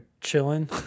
chilling